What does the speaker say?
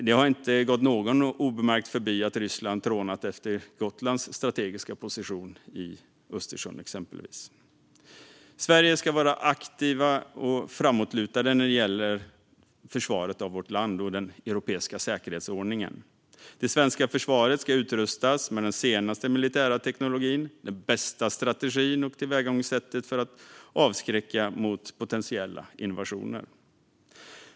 Det har inte gått någon förbi att Ryssland trånat efter Gotlands strategiska position i Östersjön. Sverige ska vara aktivt och framåtlutat när det gäller försvaret av vårt land och den europiska säkerhetsordningen. Det svenska försvaret ska utrustas med den senaste militära teknologin, den bästa strategin och det bästa tillvägagångsättet för att avskräcka potentiella invasioner.